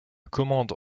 commande